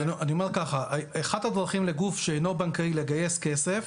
אז אני אומר ככה: אחת הדרכים לגוף שאינו בנקאי לגייס כסף,